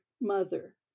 mother